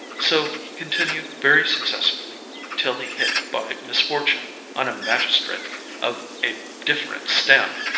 so he continued very successfully till he hit by misfortune on a magistrate of a different stamp.